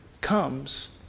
comes